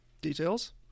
Details